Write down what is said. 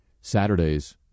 Saturdays